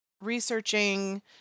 researching